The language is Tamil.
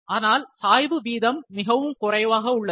ஆனால் சாய்வு வீதம் மிகவும் குறைவாக உள்ளது